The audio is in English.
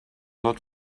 not